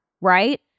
right